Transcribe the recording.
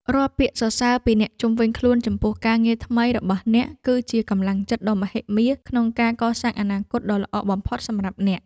រាល់ពាក្យសរសើរពីអ្នកជុំវិញខ្លួនចំពោះការងារថ្មីរបស់អ្នកគឺជាកម្លាំងចិត្តដ៏មហិមាក្នុងការកសាងអនាគតដ៏ល្អបំផុតសម្រាប់អ្នក។